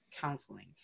counseling